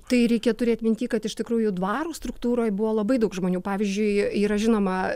tai reikia turėt minty kad iš tikrųjų dvaro struktūroj buvo labai daug žmonių pavyzdžiui yra žinoma